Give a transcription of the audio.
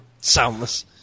Soundless